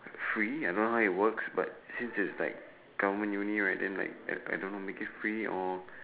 free I don't how it works but seem is like government uni right them like I I don't know make it free or